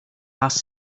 last